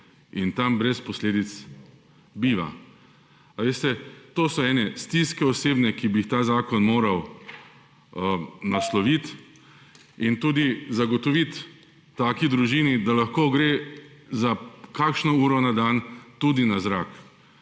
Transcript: in tam brez posledic biva? Veste, to so ene osebne stiske, ki bi jih ta zakon moral nasloviti in tudi zagotoviti taki družini, da lahko gre za kakšno uro na dan tudi na zrak.